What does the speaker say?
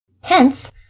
Hence